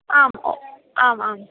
आम् ओ आम् आम्